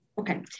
Okay